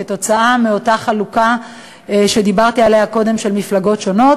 כתוצאה מאותה חלוקה שדיברתי עליה קודם של מפלגות שונות.